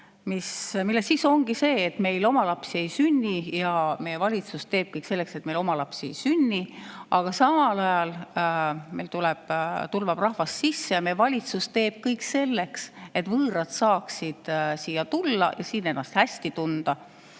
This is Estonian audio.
mille sisu ongi see, et meil oma lapsi ei sünni ja meie valitsus teeb kõik selleks, et oma lapsi ei sünniks. Aga samal ajal tulvab meile rahvast sisse ja valitsus teeb kõik selleks, et võõrad saaksid siia tulla ja siin ennast hästi tunda.